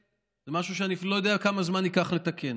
זה משהו שאני אפילו לא יודע כמה זמן ייקח לתקן.